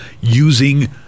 using